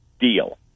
deal